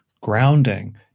grounding